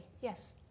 Yes